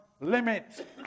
Limit